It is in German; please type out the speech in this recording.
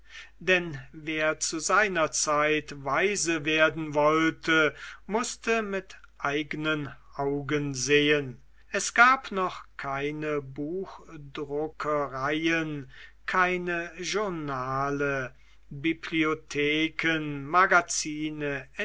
denn wer zu seiner zeit weise werden wollte mußte mit eignen augen sehen es gab noch keine buchdruckereien keine journale bibliotheken magazine